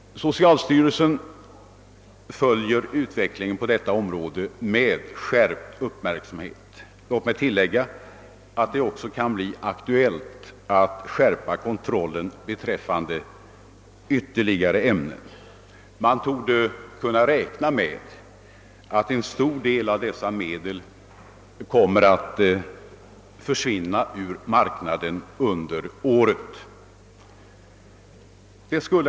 = Socialstyrelsen följer utvecklingen på detta område med skärpt uppmärksamhet. Låt mig tillägga att det också kan bli aktuellt att skärpa kontrollen .beträffande ytterligare ämnen, Man torde kunna räkna med att en stor del av dessa medel kommer att försvinna ur marknaden under året. Herr talman!